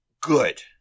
good